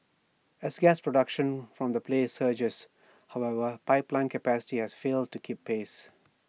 as gas production from the play surges however pipeline capacity has failed to keep pace